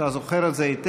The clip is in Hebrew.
אתה זוכר את זה היטב,